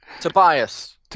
Tobias